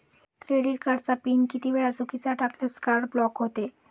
Credit कार्डचा PIN किती वेळा चुकीचा टाकल्यास कार्ड ब्लॉक होते?